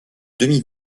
demi